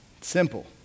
Simple